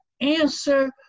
answer